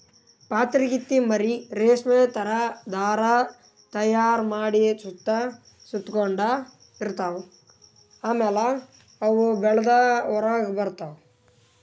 ಪಾತರಗಿತ್ತಿ ಮರಿ ರೇಶ್ಮಿ ಥರಾ ಧಾರಾ ತೈಯಾರ್ ಮಾಡಿ ಸುತ್ತ ಸುತಗೊಂಡ ಇರ್ತವ್ ಆಮ್ಯಾಲ ಅವು ಬೆಳದ್ ಹೊರಗ್ ಬರ್ತವ್